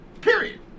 Period